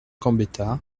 gambetta